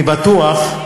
אני מקווה,